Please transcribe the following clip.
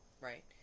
right